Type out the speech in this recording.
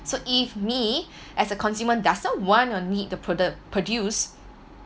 so if me as a consumer doesn't want or need the product produced